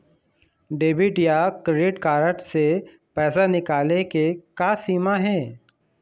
Debit या credit card से पैसा निकाले के का सीमा हे?